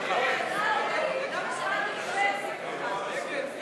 ההצעה להסיר מסדר-היום את הצעת חוק ארוניות אחסון במוסדות חינוך,